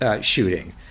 shooting